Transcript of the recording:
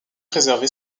préservé